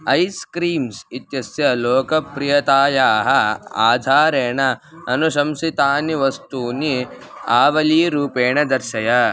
ice creams इत्यस्य लोकप्रियतायाः आधारेण अनुशंसितानि वस्तूनि आवलिरूपेण दर्शय